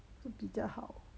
就比较好